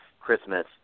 Christmas